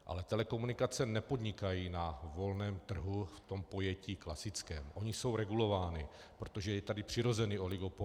Ale telekomunikace nepodnikají na volném trhu v tom pojetí klasickém, ony jsou regulovány, protože je tady přirozený oligopol.